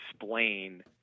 explain